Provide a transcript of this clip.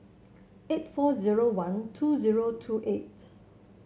eight four zero one two zero two eight